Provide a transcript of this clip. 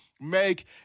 make